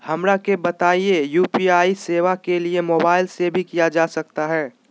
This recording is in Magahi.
हमरा के बताइए यू.पी.आई सेवा के लिए मोबाइल से भी किया जा सकता है?